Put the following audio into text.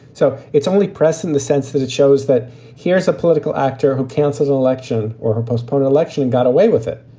so it's only press in the sense that it shows that here's a political actor who cancels an election or postpone an election and got away with it.